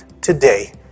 today